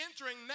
entering